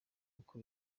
uko